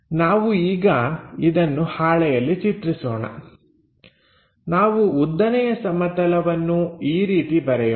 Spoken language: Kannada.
ನಾವು ಈಗ ಇದನ್ನು ಹಾಳೆಯಲ್ಲಿ ಚಿತ್ರಿಸೋಣ ನಾವು ಉದ್ದನೆಯ ಸಮತಲವನ್ನು ಈ ರೀತಿ ಬರೆಯೋಣ